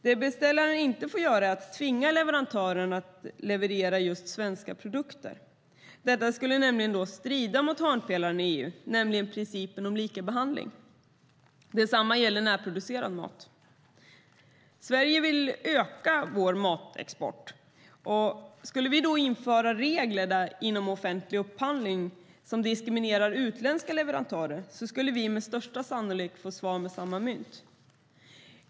Det beställaren inte får göra är att tvinga leverantören att leverera just svenska produkter. Det skulle strida mot en av hörnpelarna i EU, nämligen principen om likabehandling. Detsamma gäller närproducerad mat. Vi i Sverige vill öka vår matexport, och skulle vi då införa regler i offentlig upphandling som diskriminerar utländska leverantörer skulle vi med största sannolikhet få svar med samma mynt.